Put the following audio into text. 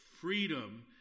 freedom